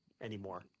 anymore